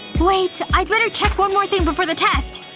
wait, i'd better check one more thing before the test